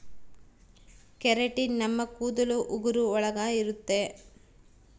keratin ನಮ್ ಕೂದಲು ಉಗುರು ಒಳಗ ಇರುತ್ತೆ